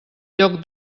lloc